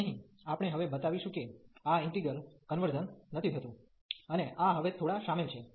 તેથી અહીં આપણે હવે બતાવીશું કે આ ઈન્ટિગ્રલ integral કન્વર્ઝconverge નથી થતું અને આ હવે થોડું શામેલ છે